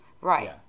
Right